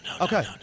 Okay